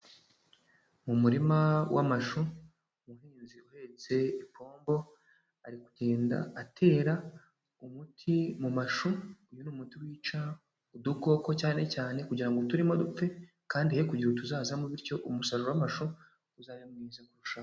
Mu murima w'amashu, umuhinzi uhetse ipombo ari kugenda atera umuti mu mashu, uyu ni umuti wica udukoko cyane cyane kugira ngo turimo dupfe kandi he kugira utuzazamo bityo umusaruro w'amashu uzabe mwiza kurushaho.